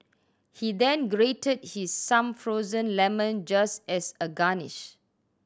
he then grated his some frozen lemon just as a garnish